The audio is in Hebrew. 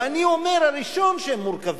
ואני אומר הראשון שהם מורכבים.